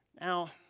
Now